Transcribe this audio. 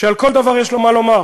שעל כל דבר יש לו מה לומר,